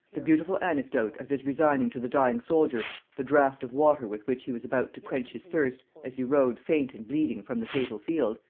the beautiful anecdote of his resigning to the dying soldier the draught of water with which he was about to quench his thirst as he rode faint and bleeding from the fatal field,